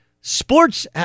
sports